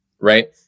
Right